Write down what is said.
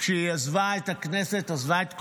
כשהיא עזבה את הכנסת, עזבה את כולנו,